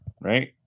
Right